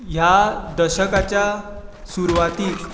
ह्या दशकाच्या सुरवातीक